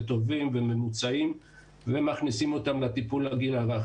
טובים וממוצעים ומכניסים אותם לטיפול הגיל הרך.